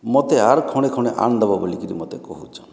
ମୋତେ ଆର୍ ଖଣ୍ଡେ ଖଣ୍ଡେ ଆଣ୍ ଦବ ବୋଲିକିରି ମୋତେ କହୁଛନ୍